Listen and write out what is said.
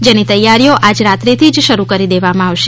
જેની તૈયારીઓ આજ રાત્રીથી જ શરૂ કરી દેવામાં આવશે